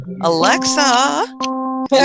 Alexa